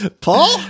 Paul